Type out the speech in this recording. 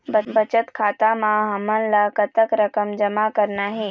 बचत खाता म हमन ला कतक रकम जमा करना हे?